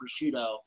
prosciutto